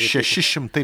šeši šimtai